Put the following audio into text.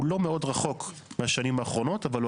הוא לא מאוד רחוק מהשנים האחרונות אבל הוא